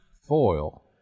foil